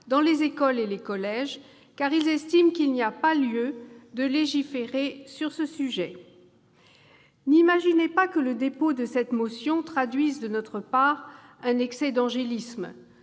dans les écoles et les collèges, car ils estiment qu'il n'y a pas lieu de légiférer sur ce sujet. N'imaginez pas que le dépôt de cette motion traduise de notre part un excès d'angélisme